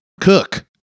cook